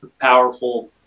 powerful